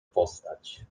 postać